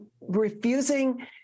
refusing